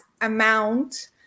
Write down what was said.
amount